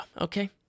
Okay